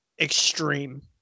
extreme